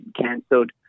cancelled